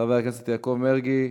חבר הכנסת יעקב מרגי.